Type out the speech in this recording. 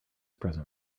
present